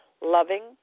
loving